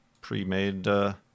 pre-made